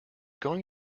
going